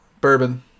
bourbon